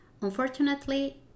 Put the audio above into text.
Unfortunately